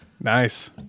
Nice